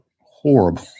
Horrible